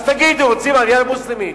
אז תגידו, רוצים עלייה מוסלמית.